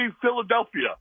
Philadelphia